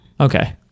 Okay